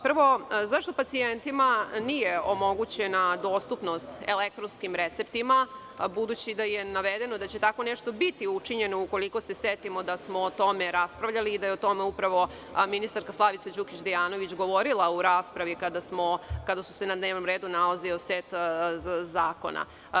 Prvo, zašto pacijentima nije omogućena dostupnost elektronskim receptima, budući da je navedeno da će tako nešto biti učinjeno ukoliko se setimo da smo o tome raspravljali i da je o tome upravo ministarka Slavica Đukić Dejanović govorila u raspravi kada se na dnevnom redu nalazio set zakona?